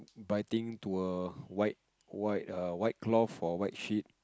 biting to a white white err white cloth or white sheet